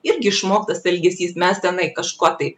irgi išmoktas elgesys mes tenai kažkuo tai